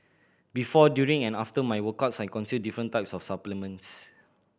before during and after my workouts I consume different types of supplements